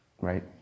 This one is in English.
Right